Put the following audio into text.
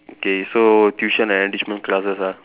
okay so tuition and enrichment classes ah